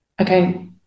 Okay